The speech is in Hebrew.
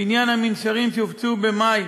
בעניין המנשרים שהופצו במאי